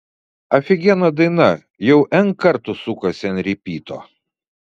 afigiena daina jau n kartų sukasi ant ripyto